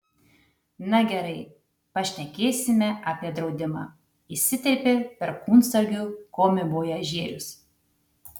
na gerai pašnekėsime apie draudimą įsiterpė perkūnsargių komivojažierius